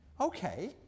Okay